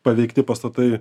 paveikti pastatai